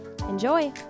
Enjoy